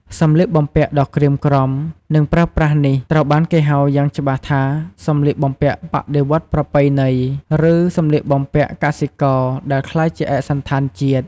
សម្លៀកបំពាក់ដ៏ក្រៀមក្រំ និងប្រើប្រាស់នេះត្រូវបានគេហៅយ៉ាងច្បាស់ថា "សម្លៀកបំពាក់បដិវត្តន៍ប្រពៃណី" ឬ "សម្លៀកបំពាក់កសិករដែលក្លាយជាឯកសណ្ឋានជាតិ"។